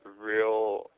real